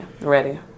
ready